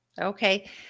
Okay